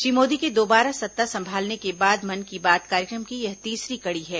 श्री मोदी के दोबारा सत्ता संभालने के बाद मन की बात कार्यक्रम की यह तीसरी कड़ी है